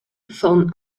forme